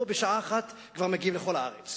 פה בשעה אחת כבר מגיעים לכל הארץ.